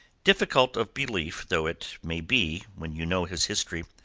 difficult of belief though it may be when you know his history,